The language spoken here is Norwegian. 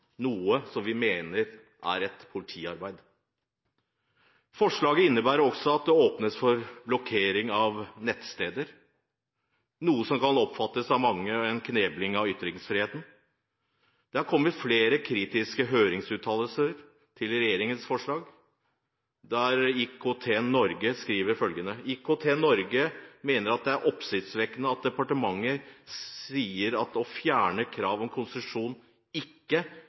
noe vi mener er et politiarbeid. Forslaget innebærer også at det åpnes for blokkering av nettsteder, noe som kan oppfattes av mange som en knebling av ytringsfriheten. Det har kommet flere kritiske høringsuttalelser til regjeringens forslag, og IKT-Norge skriver følgende: «IKT-Norge mener det er oppsiktsvekkende at departementet sier at å fjerne krav om konsesjon ikke